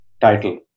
title